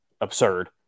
absurd